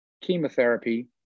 chemotherapy